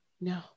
No